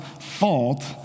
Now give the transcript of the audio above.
fault